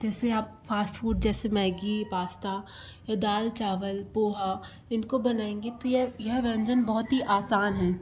जैसे आप fast food जैसे मैगी पास्ता या दाल चावल पोहा इनको बनाएंगे तो यह यह व्यंजन बहुत ही आसान हैं